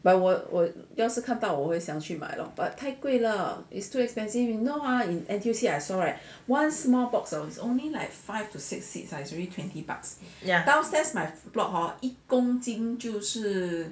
ya